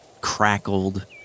crackled